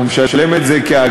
אם הוא משלם את זה כאגרה,